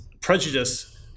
prejudice